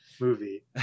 movie